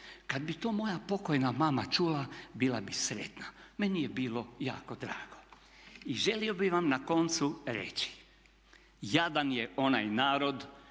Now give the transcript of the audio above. Kad bi to moja pokojna mama čula bila bi sretna. Meni je bilo jako drago. I želio bih vam na koncu reći jadan je onaj narod